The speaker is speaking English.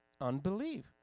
unbelief